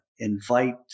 invite